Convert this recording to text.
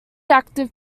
active